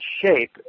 shape